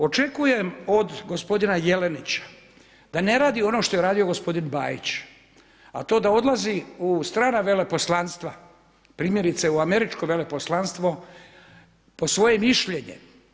Očekujem od gospodina Jelenića da ne radi ono što je radio gospodin Bajić, a to da odlazi u strana veleposlanstva, primjerice u američko veleposlanstvo po svoje mišljenje.